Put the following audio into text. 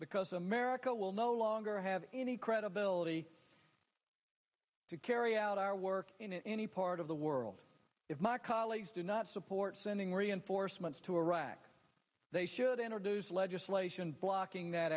because america will no longer have any credibility to carry out our work in any part of the world if my colleagues do not support sending reinforcements to iraq they should introduce legislation blocking that